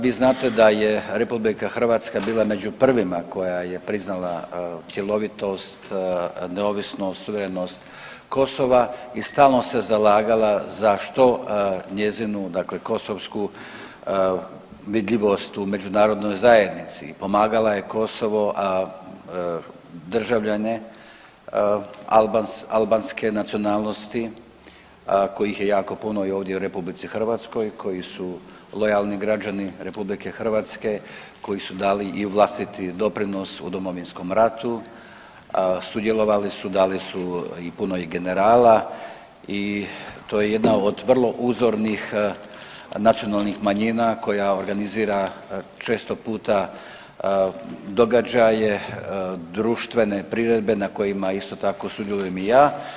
Vi znate da je RH bila među prvima koja je priznala cjelovitost, neovisnost, suverenost Kosova i stalno se zalagala za što njezinu dakle kosovsku vidljivost u međunarodnoj zajednici, pomagala je Kosovo, a državljane albanske nacionalnosti kojih je jako puno i ovdje u RH koji su lojalni građani RH, koji su dali i vlastiti doprinos u Domovinskom ratu, sudjelovali su dali su i puno i generala i to je jedna od vrlo uzornih nacionalnih manjina koja organizira često puta događaje društvene priredbe na kojima isto tako sudjelujem i ja.